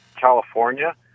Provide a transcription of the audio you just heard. California